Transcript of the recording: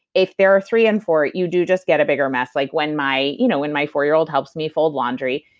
if they are three and four, you do just get a bigger mess. like when my you know when my four year old helps me fold laundry,